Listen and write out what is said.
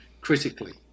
critically